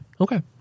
Okay